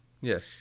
yes